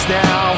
now